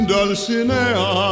Dulcinea